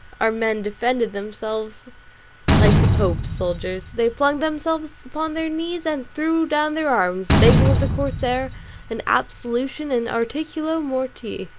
our men defended themselves like the pope's soldiers they flung themselves upon their knees, and threw down their arms, begging of the corsair an absolution in articulo mortis.